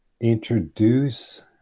introduce